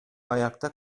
ayakta